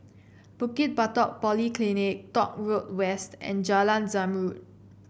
Bukit Batok Polyclinic Dock Road West and Jalan Zamrud